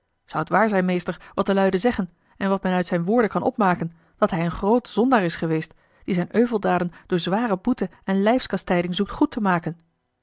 waar zijn meester wat de luiden zeggen en wat men uit zijne woorden kan opmaken dat hij een groot zondaar is geweest die zijn euveldaden door zware boete en lijfskastijding zoekt goed te maken